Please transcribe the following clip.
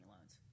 loans